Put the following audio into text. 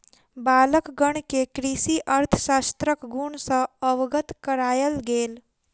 बालकगण के कृषि अर्थशास्त्रक गुण सॅ अवगत करायल गेल